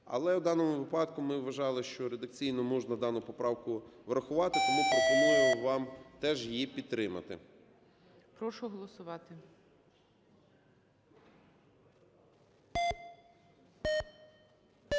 Але в даному випадку ми вважали, що редакційно можна дану поправку врахувати. Тому пропоную вам теж її підтримати. ГОЛОВУЮЧИЙ. Прошу голосувати.